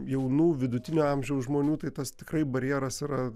jaunų vidutinio amžiaus žmonių tai tas tikrai barjeras yra